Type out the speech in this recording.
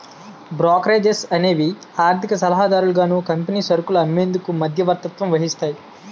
brokerages ఏవి ఆర్థిక సలహాదారులుగాను కంపెనీ సరుకులు అమ్మేందుకు మధ్యవర్తత్వం వహిస్తాయి